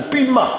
על-פי מה?